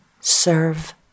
serve